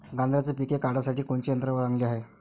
गांजराचं पिके काढासाठी कोनचे यंत्र चांगले हाय?